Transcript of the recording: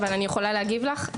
אבל אני יכולה להגיב לך,